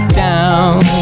down